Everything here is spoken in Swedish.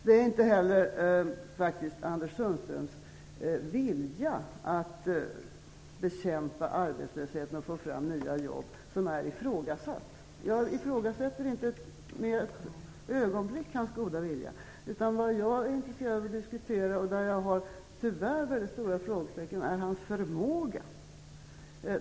Det är faktiskt inte Anders Sundströms vilja att bekämpa arbetslösheten och att få fram nya jobb som är ifrågasatt. Jag ifrågasätter inte med ett ögonblick hans goda vilja, utan det som jag är intresserad av att diskutera, och där jag har stora frågetecken, är hans förmåga.